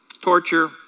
torture